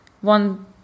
one